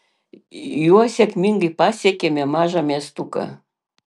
juo sėkmingai pasiekėme mažą miestuką